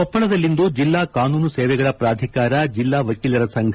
ಕೊಪ್ಪಳದಲ್ಲಿಂದು ಜೆಲ್ಲಾ ಕಾನೂನು ಸೇವೆಗಳ ಪಾಧಿಕಾರ ಜೆಲ್ಲಾ ವಕೀಲರ ಸಂಘ